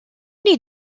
need